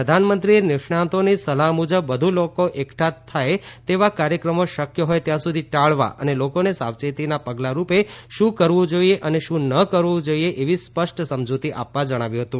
પ્રધાનમંત્રીએ નિષ્ણાંતોની સલાહ્ મુજબ વધુ લોકો એકઠા થાય તેવા કાર્યક્રમો શક્ય હોય ત્યાં સુધી ટાળવા અને લોકોને સાવચેતીના પગલા રૂપે શ્રું કરવું જોઇએ અને શું ન કરવું જોઇએ તેવી સ્પષ્ટ સમજૂતી આપવા જણાવ્યું હતું